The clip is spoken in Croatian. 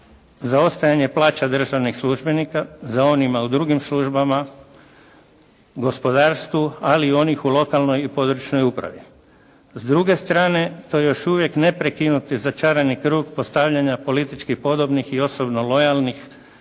zaostajanje plaća državnih službenika za onima u drugim službama, gospodarstvu ali i onih u lokalnoj i područnoj upravi. S druge strane to je još uvijek neprekinuti začarani krug postavljanja politički podobnih i osobno lojalnih